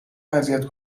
اذیت